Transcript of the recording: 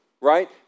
right